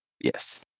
Yes